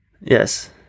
Yes